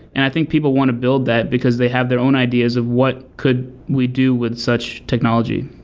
and i think people want to build that because they have their own ideas of what could we do with such technology.